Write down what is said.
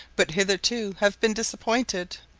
but hitherto have been disappointed.